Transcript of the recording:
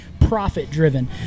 profit-driven